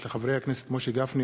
של חברי הכנסת משה גפני,